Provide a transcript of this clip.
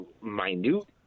minute